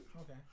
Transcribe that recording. Okay